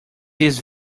these